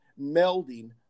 melding